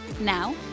Now